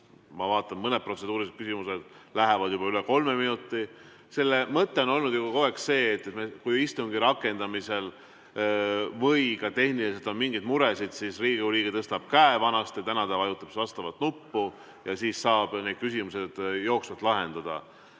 Ma vaatan, et mõned protseduurilised küsimused lähevad juba üle kolme minuti. Selle mõte on ju olnud kogu aeg see, et kui istungi rakendamisel või ka tehniliselt on mingeid muresid, siis Riigikogu liige tõstab käe – vanasti oli nii, nüüd ta vajutab vastavat nuppu – ja seejärel saab need küsimused jooksvalt lahendada.